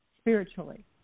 spiritually